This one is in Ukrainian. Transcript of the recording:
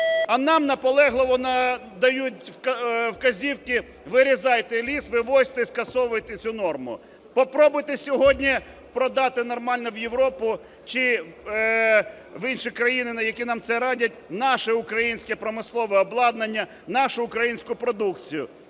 А нам наполегливо дають вказівки, вирізайте ліз, вивозьте, скасовуйте цю норму. Попробуйте сьогодні продати нормально в Європу чи в інші країни, які нам це радять, наше українське промислове обладнання, нашу українську продукцію.